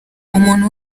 umuntu